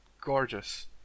Gorgeous